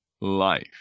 life